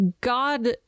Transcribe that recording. God